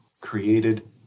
created